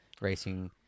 racing